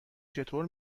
چطور